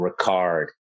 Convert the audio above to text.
Ricard